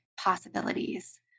possibilities